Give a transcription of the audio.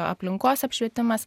aplinkos apšvietimas